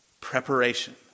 preparation